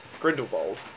Grindelwald